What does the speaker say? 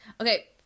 okay